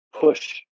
push